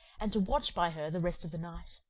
and to watch by her the rest of the night.